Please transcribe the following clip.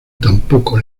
tampoco